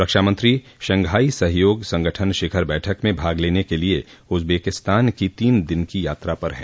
रक्षामंत्री शंघाई सहयोग संगठन शिखर बैठक में भाग लेने के लिए उजबेकिस्तान की तीन दिन की यात्रा पर हैं